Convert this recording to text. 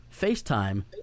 FaceTime